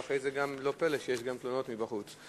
ואחרי זה לא פלא שיש גם תלונות מבחוץ.